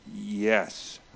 Yes